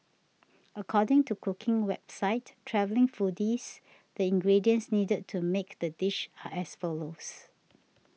according to cooking website Travelling Foodies the ingredients needed to make the dish are as follows